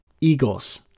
Eagles